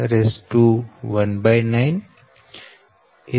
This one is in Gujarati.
da1b3 da2b1